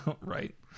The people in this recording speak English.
right